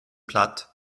platt